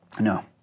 no